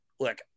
Look